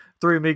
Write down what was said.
Three